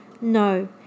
No